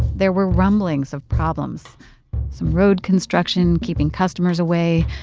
there were rumblings of problems some road construction keeping customers away,